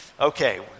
Okay